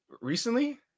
recently